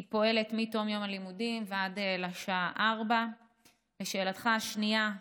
היא פועלת מתום יום הלימודים ועד לשעה 16:00. לשאלתך השנייה,